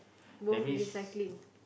both recycling